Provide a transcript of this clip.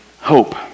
hope